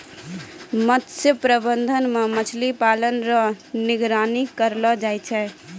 मत्स्य प्रबंधन मे मछली पालन रो निगरानी करलो जाय छै